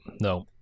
No